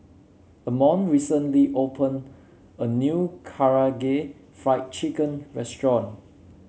Amon recently opened a new Karaage Fried Chicken Restaurant